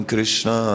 Krishna